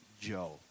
Joe